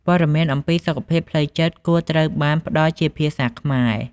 ព័ត៌មានអំពីសុខភាពផ្លូវចិត្តគួរត្រូវបានផ្តល់ជាភាសាខ្មែរ។